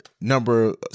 number